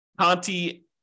Conti